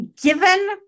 given